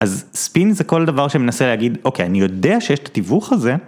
אז ספין זה כל דבר שמנסה להגיד אוקיי אני יודע שיש את התיווך הזה